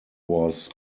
was